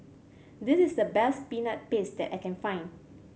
this is the best Peanut Paste that I can find